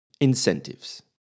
Incentives